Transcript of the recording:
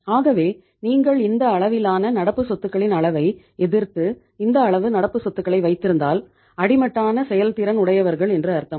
ஆகவே நீங்கள் இந்த அளவிலான நடப்பு சொத்துக்களின் அளவை எதிர்த்து இந்த அளவு நடப்பு சொத்துகளை வைத்திருந்தால் அடி மட்டான செயல்திறன் உடையவர்கள் என்று அர்த்தம்